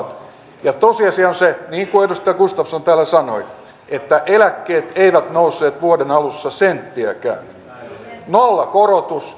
tosiasia on se niin kuin edustaja gustafsson täällä sanoi että eläkkeet eivät nousseet vuoden alussa senttiäkään nollakorotus